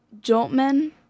Joltman